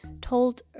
told